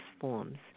forms